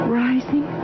rising